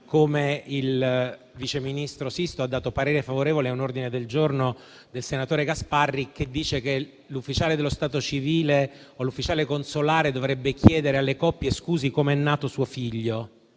come il vice ministro Sisto, ha dato parere favorevole a un ordine del giorno del senatore Gasparri secondo cui l'ufficiale dello Stato civile o l'ufficiale consolare dovrebbe chiedere alle coppie: «Scusi, com'è nato suo figlio?».